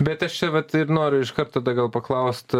bet aš čia vat ir noriu iškart tada gal paklaust